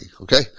okay